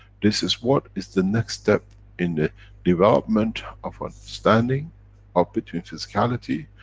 this is what is the next step in the development of understanding of between physicality,